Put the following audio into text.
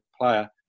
player